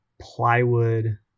plywood